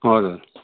हजुर